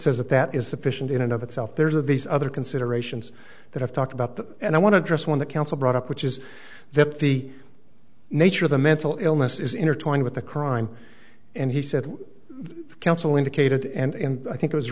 says that that is sufficient in and of itself there's of these other considerations that i've talked about and i want to address when the counsel brought up which is that the nature of the mental illness is intertwined with the crime and he said counsel indicated and i think it was